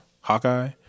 Hawkeye